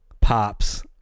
pops